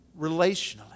relationally